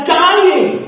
dying